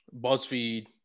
BuzzFeed